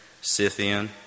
Scythian